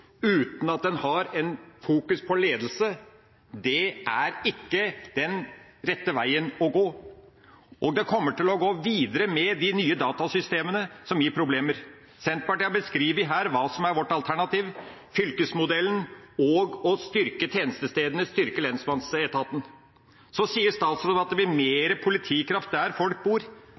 uten at en fokuserer på ledelse, er ikke rette veien å gå. Og dette kommer til å videreføres med de nye datasystemene, som gir problemer. Senterpartiet har beskrevet hva som er vårt alternativ: fylkesmodellen og det å styrke tjenestestedene – styrke lensmannsetaten. Statsråden sier at det blir mer politikraft der folk bor.